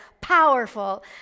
powerful